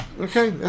Okay